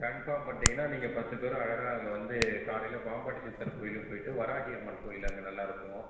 confirm பண்ணிவிட்டீங்கன்னா நீங்கள் பத்து பேர் அழகாக அங்கே வந்து காலையில் பாம்பாட்டி சித்தர் கோயிலுக்கு போய்விட்டு வராகி அம்மன் கோயில் அங்கே நல்லாயிருக்கும்